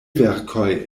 verkoj